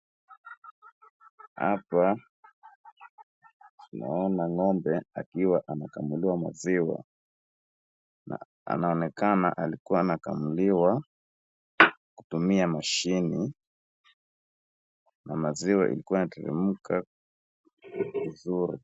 Hapa naona ng'ombe akiwa amekamuliwa maziwa, na anaonekana alikuwa anakamuliwa kutumia mashini na maziwa ilikuwa inateremka vizuri.